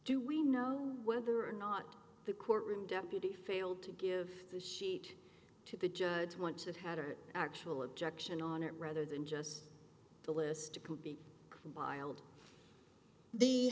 do we know whether or not the court room deputy failed to give the sheet to the judge want to have had an actual objection on it rather than just the list